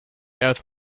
earth